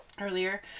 earlier